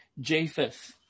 Japheth